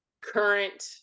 current